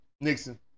Nixon